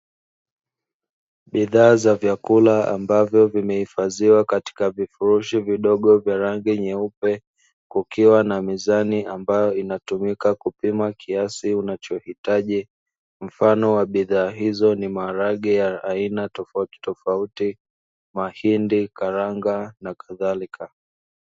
Bidhaa za vyakula ambavyo vimehifadhiwa katika vifurudhi vidogo vya rangi nyeupe, kukiwa na mizani ambayo inatumika kupima kiasi unachohitaji, mfano wa bidhaa hizo ni maharage ya aina tofautitofauti, mahindi, karanga na kadhalika.